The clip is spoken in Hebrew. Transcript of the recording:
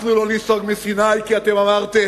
אנחנו לא ניסוג מסיני אמרתם,